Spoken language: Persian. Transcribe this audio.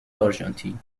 آرژانتین